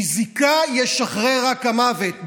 מזיקה ישחרר רק המוות.